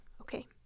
Okay